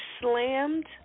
slammed